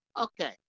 okay